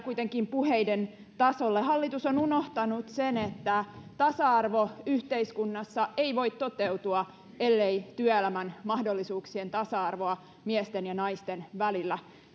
kuitenkin puheiden tasolle hallitus on unohtanut sen että tasa arvo yhteiskunnassa ei voi toteutua ellei työelämän mahdollisuuksien tasa arvoa miesten ja naisten välillä